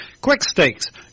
Quickstakes